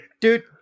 Dude